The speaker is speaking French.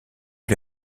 lui